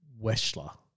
Weschler